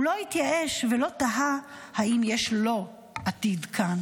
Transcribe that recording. הוא לא התייאש ולא תהה אם יש לו עתיד כאן